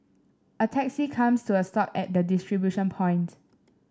a taxi comes to a stop at the distribution point